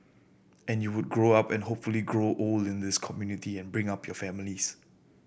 and you would grow up and hopefully grow old in this community and bring up your families